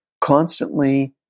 constantly